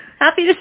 Happy